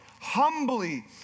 humbly